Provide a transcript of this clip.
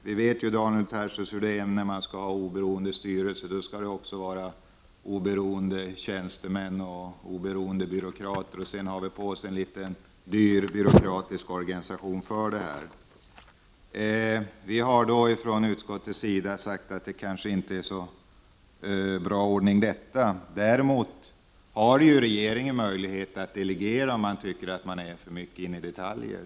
Vi vet ju hur det är, Daniel Tarschys, när man skall ha en oberoende styrelse: Då skall det också finnas oberoende tjänstemän och oberoende byråkrater, och snart har vi en dyr byråkratisk organisation för det här. Utskottsmajoriteten har uttalat att det kanske inte är någon särskilt bra ordning. Däremot har ju regeringen möjlighet att delegera, om man tycker att man har för mycket detaljfrågor att ta ställning till.